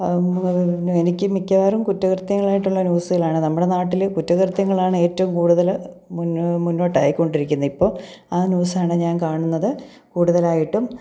എനിക്ക് മിക്ക വാറും കുറ്റ കൃത്യങ്ങളായിട്ടുള്ള ന്യൂസുകളാണ് നമ്മുടെ നാട്ടിൽ കുറ്റകൃത്യങ്ങളാണേറ്റവും കൂടുതൽ മുന്നേ മുന്നോട്ടായി കൊണ്ടിരിക്കുന്നത് ഇപ്പോൾ ആ ന്യൂസാണ് ഞാൻ കാണുന്നത് കൂടുതലായിട്ടും